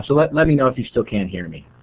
so let let me know if you still can't hear me.